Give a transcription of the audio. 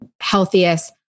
healthiest